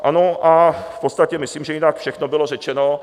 Ano, a v podstatě myslím, že jinak všechno bylo řečeno.